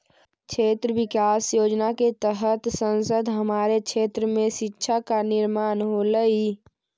क्षेत्र विकास योजना के तहत संसद हमारे क्षेत्र में शिक्षा का निर्माण होलई